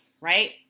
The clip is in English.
right